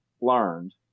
learned